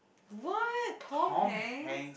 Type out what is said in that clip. what Tom-Hanks